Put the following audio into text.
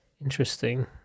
Interesting